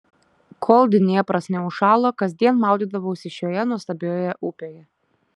kol dniepras neužšalo kasdien maudydavausi šioje nuostabioje upėje